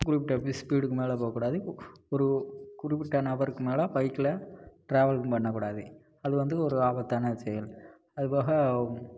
குறிப்பிட்ட ஸ்பீடுக்கு மேலே போக கூடாது ஒரு குறிப்பிட்ட நபருக்கு மேலே பைக்கில் ட்ராவலும் பண்ணக் கூடாது அது வந்து ஒரு ஆபத்தான செயல் அதுபோக